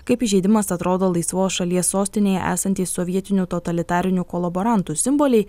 kaip įžeidimas atrodo laisvos šalies sostinėje esantys sovietinių totalitarinių kolaborantų simboliai